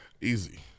Easy